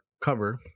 cover